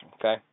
okay